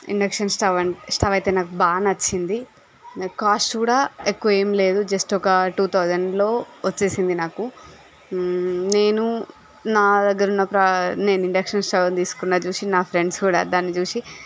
induction stove అయితే నాకు బాగా నచ్చింది కాస్ట్ కూడా ఎక్కువ ఏమి లేదు జస్ట్ ఒక టు థౌసండ్లో వచ్చేసింది నాకు నేను నా దగ్గర ఉన్న ప్రా నేను ఇండక్షన్ స్టవ్ను తీసుకున్నది చూసి నా ఫ్రెండ్స్ కూడా దాన్ని చూసి